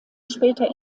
später